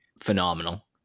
phenomenal